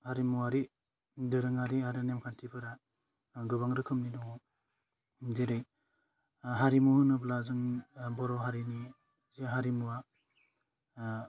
हारिमुवारि दोरोङारि आरो नेमखान्थिफोरा गोबां रोखोमनि दङ जेरै हारिमु होनोब्ला जों बर' हारिनि जे हारिमुवा